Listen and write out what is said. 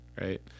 right